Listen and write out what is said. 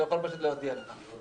הוא יכול פשוט להודיע לכם,